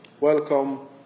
welcome